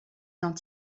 dans